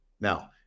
Now